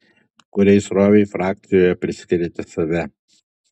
kuriai srovei frakcijoje priskiriate save